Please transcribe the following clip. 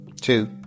two